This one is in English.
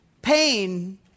Pain